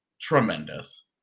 tremendous